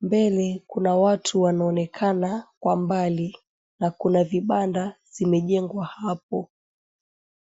Mbele kuna watu wanaonekana kwa mbali na kuna vibanda zimejengwa hapo.